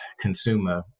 consumer